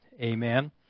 Amen